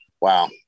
Wow